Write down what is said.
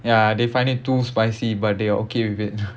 ya they find it too spicy but they are okay with it